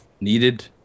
needed